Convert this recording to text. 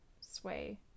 sway